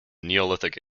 neolithic